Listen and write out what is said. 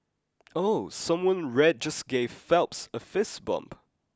ooh someone in red just gave Phelps a fist bump